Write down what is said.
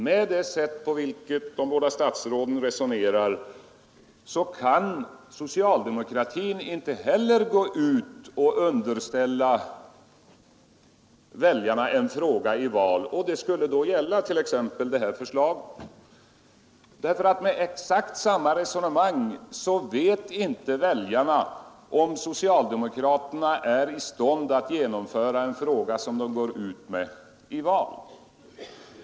Med det sätt på vilket de båda statsråden resonerar kan inta heller socialdemokratin gå ut och underställa väljarna i val en fråga, t.ex. detta förslag. Med exakt samma resonemang vet inte väljarna om socialdemokraterna är i stånd att genomföra ett förslag som de går ut med i val.